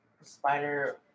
Spider